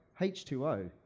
H2O